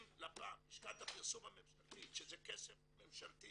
אם לפ"מ, לשכת הפרסום הממשלתית שזה כסף ממשלתי